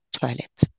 toilet